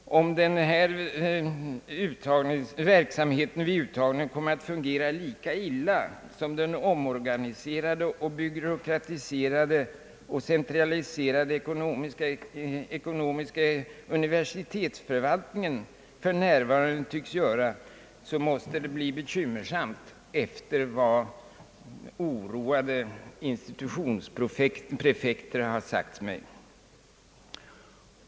Om denna verksamhet vid uttagning kommer att fungera lika illa som den omorganiserade, byråkratiserade och centraliserade ekonomiska universitetsförvaltningen för närvarande tycks göra måste det bli bekymmersamt, enligt vad oroade institutionsprefekter har sagt mig.